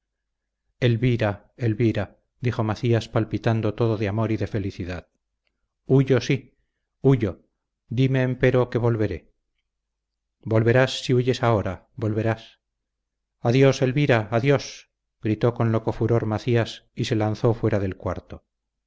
elvira elvira dijo macías palpitando todo de amor y de felicidad huyo sí huyo dime empero que volveré volverás si huyes ahora volverás adiós elvira adiós gritó con loco furor macías y se lanzó fuera del cuarto